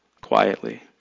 quietly